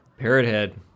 Parrothead